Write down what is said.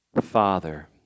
Father